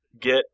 get